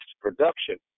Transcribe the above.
production